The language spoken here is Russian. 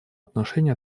отношении